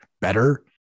better